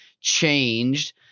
changed